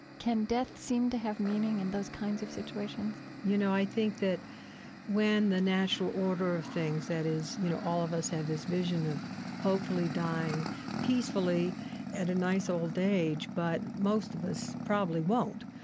can death seem to have meaning in those kinds of situations? you know, i think that when the natural order of things, that is, you know, all of us have this vision of hopefully dying peacefully at a nice old age, but most of us probably won't.